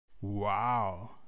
Wow